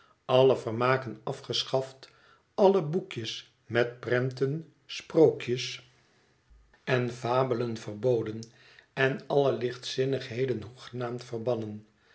alle vermaken afgeschaft alle boekjes met prenten sprookjes en fabelen verboden en alle lichtzinnigheden hoegenaamd verbannen